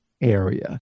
area